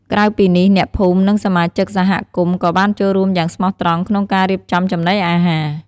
ក្រៅពីនេះ អ្នកភូមិ និងសមាជិកសហគមន៍ក៏បានចូលរួមយ៉ាងស្មោះត្រង់ក្នុងការរៀបចំចំណីអាហារ។